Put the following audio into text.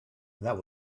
that